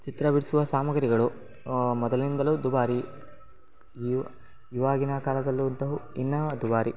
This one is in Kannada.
ಚಿತ್ರ ಬಿಡಿಸುವ ಸಾಮಗ್ರಿಗಳು ಮೊದಲಿನಿಂದಲೂ ದುಬಾರಿ ಇವು ಇವಾಗಿನ ಕಾಲದಲ್ಲಂತೂ ಇನ್ನೂ ದುಬಾರಿ